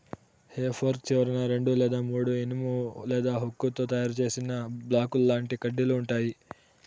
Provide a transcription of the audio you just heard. హె fork చివరన రెండు లేదా మూడు ఇనుము లేదా ఉక్కుతో తయారు చేసిన బాకుల్లాంటి కడ్డీలు ఉంటాయి